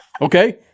Okay